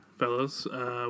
Fellows